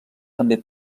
també